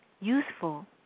useful